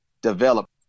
develop